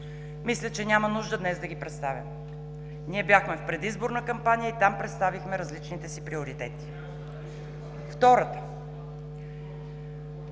Мисля, че няма нужда днес да ги представим. Ние бяхме в предизборна кампания. Там представихме различните си приоритети. Втората